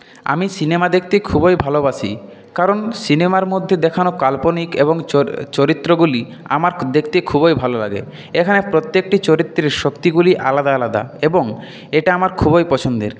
আমি সিনেমা দেখতে খুবই ভালোবাসি কারণ সিনেমার মধ্যে দেখানো কাল্পনিক এবং চরি চরিত্রগুলি আমার দেখতে খুবই ভালো লাগে এখানে প্রত্যেকটি চরিত্রের শক্তিগুলি আলাদা আলাদা এবং এটা আমার খুবই পছন্দের